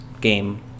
game